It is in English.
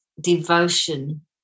devotion